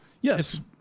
Yes